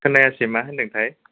खोनायासै मा होन्दोंथाय